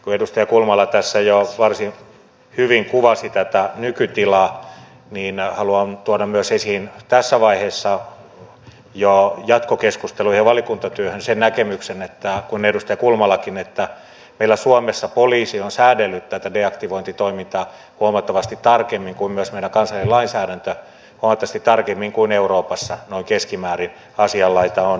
kun edustaja kulmala tässä jo varsin hyvin kuvasi tätä nykytilaa niin haluan tuoda myös esiin tässä vaiheessa jo jatkokeskusteluun ja valiokuntatyöhön sen näkemyksen niin kuin edustaja kulmalakin että meillä suomessa poliisi on säädellyt tätä deaktivointitoimintaa huomattavasti tarkemmin niin kuin myös meidän kansallinen lainsäädäntö huomattavasti tarkemmin kuin euroopassa noin keskimäärin asianlaita on